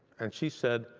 and she said,